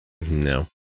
no